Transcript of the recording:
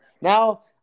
now